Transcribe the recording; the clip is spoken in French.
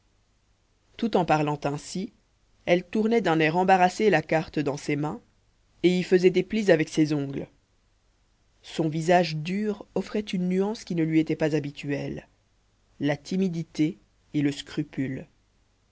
tout en parlant ainsi elle tournait d'un air embarrassé la carte dans ses mains et y faisait des plis avec ses ongles son visage dur offrait une nuance qui ne lui était pas habituelle la timidité et le scrupule